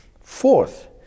Fourth